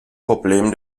problem